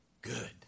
Good